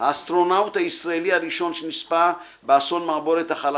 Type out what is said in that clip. האסטרונאוט הישראלי הראשון שנספה באסון מעבורת החלל